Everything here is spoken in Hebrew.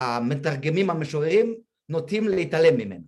‫המתרגמים המשוררים ‫נוטים להתעלם ממנו.